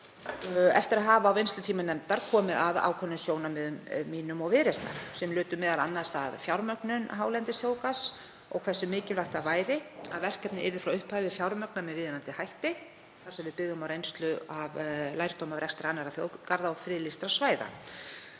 eftir að hafa á vinnslutíma nefndar komið að ákveðnum sjónarmiðum mínum og Viðreisnar sem lutu m.a. að fjármögnun hálendisþjóðgarðs og hversu mikilvægt það væri að verkefnið yrði frá upphafi fjármagnað með viðunandi hætti þar sem við byggðum á reynslu og lærdómi af rekstri annarra þjóðgarða og friðlýstra svæða.